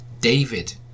David